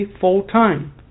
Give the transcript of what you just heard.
full-time